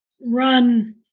run